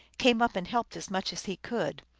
came up and helped as much as he could,